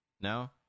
No